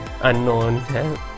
unknown